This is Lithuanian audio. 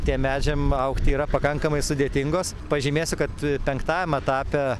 tiem medžiam augti yra pakankamai sudėtingos pažymėsiu kad penktajam etape